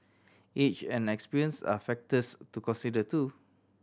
age and experience are factors to consider too